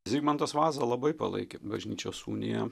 zigmantas vaza labai palaikė bažnyčios uniją